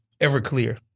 Everclear